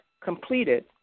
completed